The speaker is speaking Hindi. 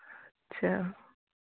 अच्छा